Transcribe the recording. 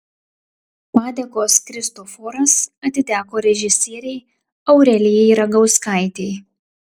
padėkos kristoforas atiteko režisierei aurelijai ragauskaitei